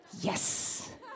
Yes